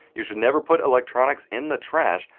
you should never put electronics in the trash,